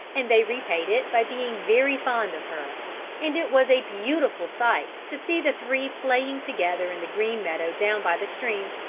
and they repaid it by being very fond of her and it was a beautiful sight to see the three playing together in the green meadow down by the stream.